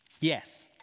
yes